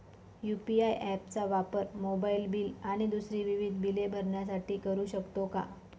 UPI app चा वापर mobile bill आणि दुसरी विविध बिले भरण्यासाठी करू शकतो का?